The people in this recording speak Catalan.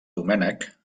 domènec